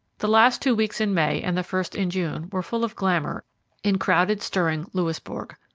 the last two weeks in may and the first in june were full of glamour in crowded, stirring louisbourg.